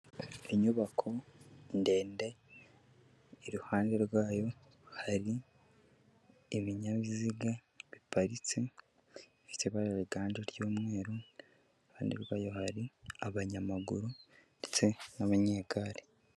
Inyubako ndende iruhande rwayo hari ibinyabiziga biparitse, ifite ibara riganje ry'umweru iruhande rwayo hari abanyamaguru ndetse n'abanyegare.